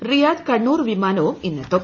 Riyadh Kannur വിമാനവും ഇന്നെത്തും